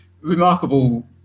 remarkable